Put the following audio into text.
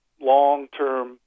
long-term